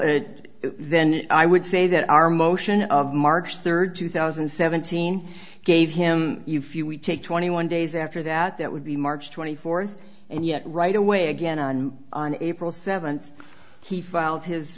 it then i would say that our motion of march third two thousand and seventeen gave him if you would take twenty one days after that that would be march twenty fourth and yet right away again on april seven